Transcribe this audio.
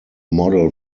model